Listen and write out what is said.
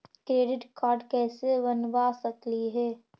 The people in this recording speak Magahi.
क्रेडिट कार्ड कैसे बनबा सकली हे?